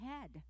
head